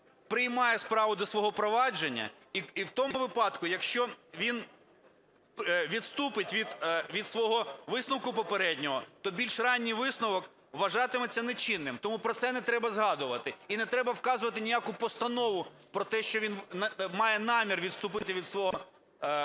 приймає справу до свого провадження, і в тому випадку, якщо він відступить від свого висновку попереднього, то більш ранній висновок вважатиметься нечинним. Тому про це не треба згадувати. І не треба вказувати ніяку постанову про те, що він має намір відступити від свого… від